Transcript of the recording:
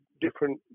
different